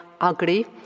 ugly